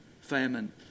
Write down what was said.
famine